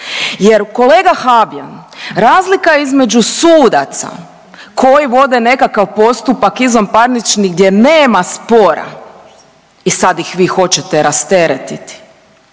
Jer kolega Habijan, razlika između sudaca koji vode nekakav postupak izvanparnični gdje nema spora i sad ih vi hoćete rasteretiti